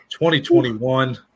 2021